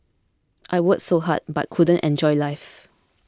I worked so hard but couldn't enjoy life